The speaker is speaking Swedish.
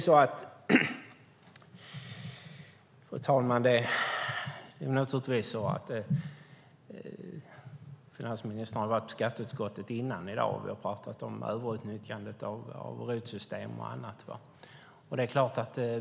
Fru talman! Finansministern har varit i skatteutskottet tidigare i dag, och vi har pratat om överutnyttjandet av RUT-system och annat.